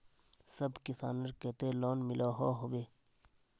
सब किसानेर केते लोन मिलोहो होबे?